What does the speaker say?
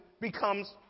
becomes